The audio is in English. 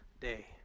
day